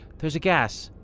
there's a gas.